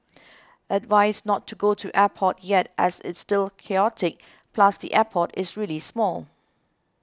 advised not to go to airport yet as it's still chaotic plus the airport is really small